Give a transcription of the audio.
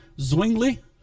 Zwingli